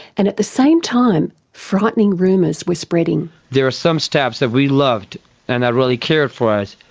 and at the same time frightening rumours were spreading. there were some staff that we loved and that really cared for us.